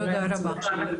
תודה רבה.